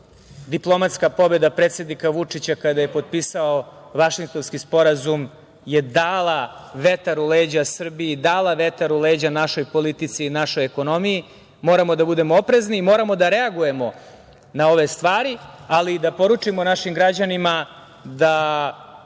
diplomatska pobeda predsednika Vučića kada je potpisao Vašingtonski sporazum, je dala vetar u leđa Srbiji, dala vetar u leđa našoj politici i našoj ekonomiji, moramo da budemo oprezni i moramo da reagujemo na ove stvari, ali i da poručimo našim građanima da